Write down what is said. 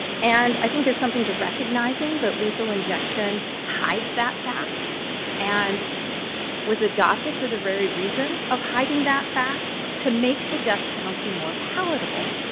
and i think there's something to recognizing that lethal injection injection hides that fact and was adopted for the very reason of hiding that fact, to make the death penalty more palatable.